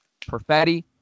Perfetti